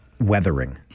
weathering